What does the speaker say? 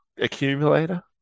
Accumulator